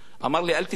אמר לי: אל תתפלא.